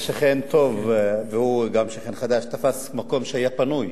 זה שכן טוב, והוא גם שכן חדש, תפס מקום שהיה פנוי.